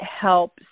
help